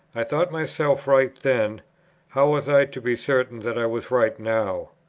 i thought myself right then how was i to be certain that i was right now?